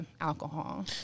alcohol